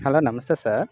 hello namaste sir